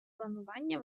планування